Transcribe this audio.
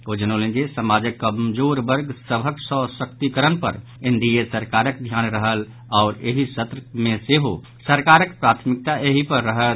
ओ जनौलनि जे समाजक कमजोर वर्ग सभक सशक्तिकरण पर एनडीए सरकारक ध्यान रहल आओर एहि सत्र मे सेहो सरकारक प्राथमिकता एहि पर रहत